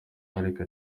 ariko